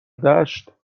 دشت